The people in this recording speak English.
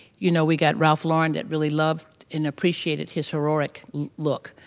you know, we got ralph lauren that really loved and appreciated his heroic look,